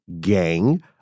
gang